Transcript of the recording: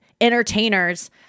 entertainers